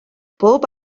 bob